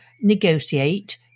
negotiate